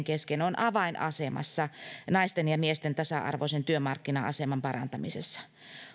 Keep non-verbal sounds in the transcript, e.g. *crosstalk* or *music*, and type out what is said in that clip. *unintelligible* kesken on avainasemassa naisten ja miesten tasa arvoisen työmarkkina aseman parantamisessa